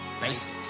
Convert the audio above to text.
basic